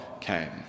came